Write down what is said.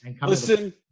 Listen